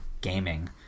gaming